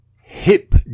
hip